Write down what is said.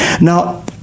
now